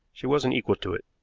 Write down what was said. she wasn't equal to it.